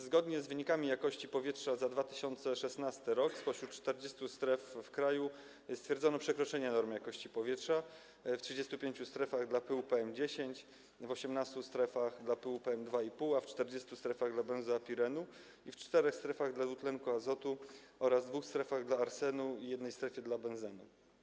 Zgodnie z wynikami jakości powietrza za 2016 r. spośród 40 stref w kraju stwierdzono przekroczenia norm jakości powietrza w 35 strefach dla pyłu PM10, w 18 strefach - dla pyłu PM2,5, a w 40 strefach - dla benzo (a) pirenu i w czterech strefach - dla dwutlenku azotu oraz w dwóch strefach - dla arsenu i w jednej strefie - dla benzenu.